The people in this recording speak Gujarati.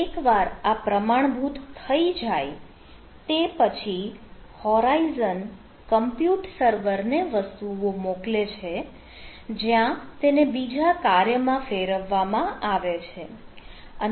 એકવાર આ પ્રમાણભૂત થઈ જાય તે પછી હોરાઈઝન કમ્પ્યુટ સર્વર ને વસ્તુઓ મોકલે છે જ્યાં તેને બીજા કાર્યમાં ફેરવવામાં આવે છે